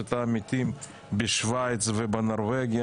פגשת את העמיתים בשוויץ ובנורבגיה,